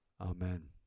Amen